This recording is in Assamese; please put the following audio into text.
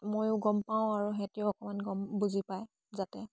মইও গম পাওঁ আৰু সেহঁতিও অকণমান গম বুজি পায় যাতে